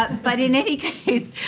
but but in any case.